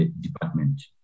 Department